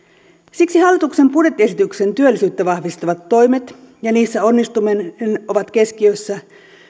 siksi hallituksen budjettiesityksen työllisyyttä vahvistavat toimet ja niissä onnistuminen ovat keskiössä